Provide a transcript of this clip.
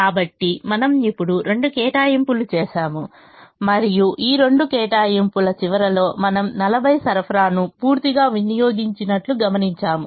కాబట్టి మనము ఇప్పుడు రెండు కేటాయింపులు చేసాము మరియు ఈ రెండు కేటాయింపుల చివరలో మనము 40 సరఫరాను పూర్తిగా వినియోగించినట్లు గమనించాము